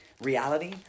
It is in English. reality